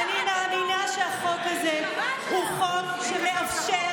אני מאמינה שהחוק הזה הוא חוק שמאפשר,